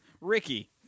Ricky